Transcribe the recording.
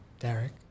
Derek